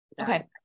okay